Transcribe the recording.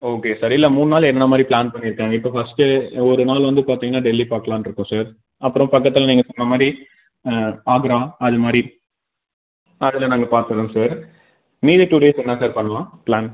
okay sir இல்லை மூணு நாள் என்னென்ன மாதிரி ப்ளான் பண்ணியிருக்காங்க இப்போ ஃபர்ஸ்ட்டு ஒரு நாள் வந்து பார்த்தீங்கன்னா டெல்லி பார்க்கலான்ருக்கோம் சார் அப்புறோம் பக்கத்தில் நீங்கள் சொன்ன மாதிரி ஆக்ரா அது மாதிரி அதெல்லாம் நாங்கள் பார்க்கறோம் சார் மீதி டூ டேஸ் என்ன சார் பண்ணலாம் ப்ளான்